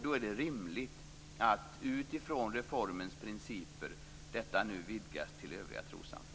Då är det rimligt att detta utifrån reformens principer nu vidgas till övriga trossamfund.